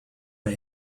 but